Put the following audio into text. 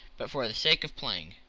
but for the sake of playing.